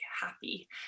happy